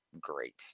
great